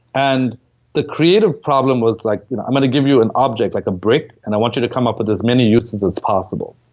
and the creative problem was like, you know i'm gonna give you an object, like a brick, and i want you to come up with as many uses as possible.